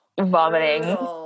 vomiting